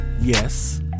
yes